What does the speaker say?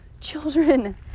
children